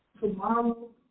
tomorrow